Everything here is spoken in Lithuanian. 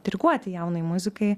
diriguoti jaunai muzikai